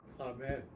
Amen